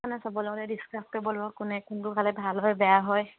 সেইকাৰণে সবৰ লগলে ডিছকাছ কৰিব লাগিব কোনে কোনটো খালে ভাল হয় বেয়া হয়